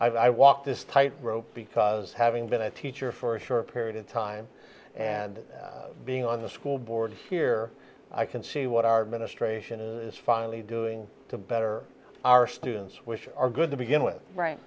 i walked this tight rope because having been a teacher for a short period of time and being on the school board here i can see what our ministration is finally doing to better our students which are good to begin with right